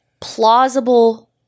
plausible